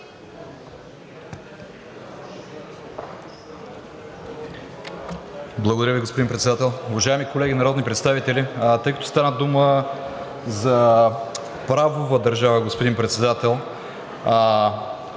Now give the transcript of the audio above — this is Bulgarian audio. Благодаря Ви, господин Председател. Уважаеми колеги народни представители! Тъй като стана дума за правова държава, господин Председател,